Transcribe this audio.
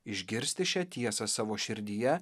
išgirsti šią tiesą savo širdyje